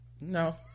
no